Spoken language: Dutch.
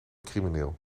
crimineel